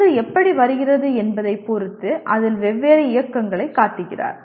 பந்து எப்படி வருகிறது என்பதைப் பொறுத்து அதில் வெவ்வேறு இயக்கங்களைக் காட்டுகிறார்